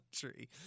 country